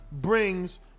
brings